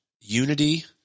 unity